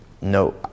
No